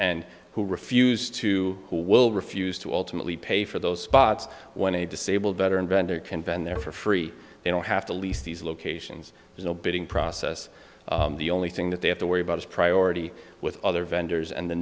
and who refused to who will refuse to alternately pay for those spots when a disabled veteran vendor can bend there for free they don't have to lease these locations there's no bidding process the only thing that they have to worry about is priority with other vendors and the